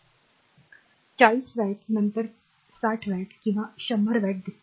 40 watt नंतर 40 watt 60 watt किंवा 100 watt दिसेल